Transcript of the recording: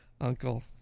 Uncle